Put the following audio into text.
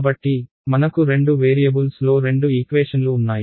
కాబట్టి మనకు 2 వేరియబుల్స్లో రెండు ఈక్వేషన్లు ఉన్నాయి